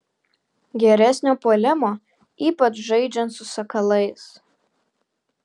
geresnio puolimo ypač žaidžiant su sakalais